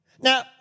Now